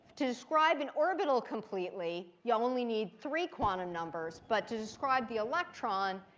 to describe an orbital completely, you only need three quantum numbers. but to describe the electron,